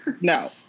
no